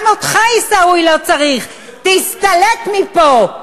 גם אותך, עיסאווי, לא צריך, תסתלק מפה.